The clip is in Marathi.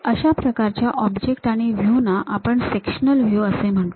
अशा प्रकारच्या ऑब्जेक्ट आणि व्ह्यू ना आपण सेक्शनल व्ह्यू असे म्हणतो